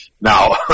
Now